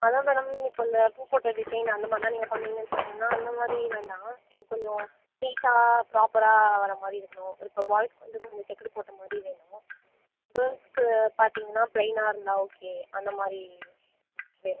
அதான் மேடம் இப்போ இந்த பூ போட்ட டிசைன் அந்தமாதிரிலாம் நீங்கள் பண்ணுவீங்கனு சொன்னிங்கனா அந்த மாதிரி வேண்டாம் எனக்கு கொஞ்சம் நீட்டா ப்ராப்பராக வர மாதிரி இருக்கணும் ஒரு இப்போ பாய்ஸ்க்கு வந்து கொஞ்சம் செக்குடு போட்ட மாதிரி வேணும் கேர்ள்ஸுக்கு பார்த்தீங்கனா ப்ளெய்னாக இருந்தால் ஓகே அந்த மாதிரி வேணும்